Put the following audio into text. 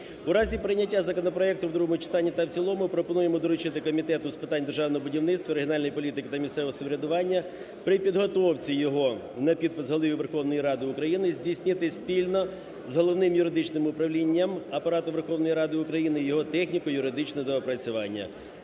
У разі прийняття законопроекту у другому читанні та в цілому ми пропонуємо доручити Комітету з питань державного будівництва, регіональної політики та місцевого самоврядування при підготовці його на підпис Голові Верховної Ради України здійснити спільно з Головним юридичним управлінням Апарату Верховної Ради України його техніко-юридичне доопрацювання.